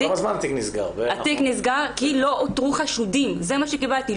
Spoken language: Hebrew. התיק נסגר כי לא אותרו חשודים זה מה שקיבלתי.